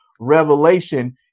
revelation